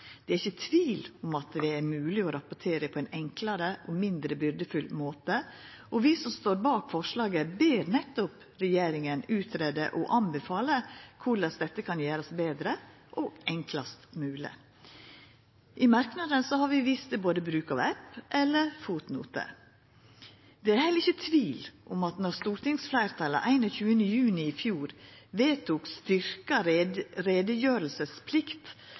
Det er ikkje tvil om at det er mogleg å rapportera på ein enklare og mindre byrdefull måte. Vi som står bak forslag nr. 1, ber nettopp regjeringa greia ut og anbefala korleis dette kan gjerast betre og enklast mogleg. I merknadene har vi vist til bruk av app eller fotnote. Det er heller ikkje tvil om at då stortingsfleirtalet 21. juni i fjor vedtok